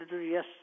yes